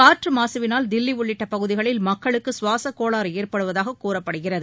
காற்று மாகவினால் தில்லி உள்ளிட்ட பகுதிகளில் மக்களுக்கு கவாச கோளாறு ஏற்படுவதாக கூறப்படுகிறது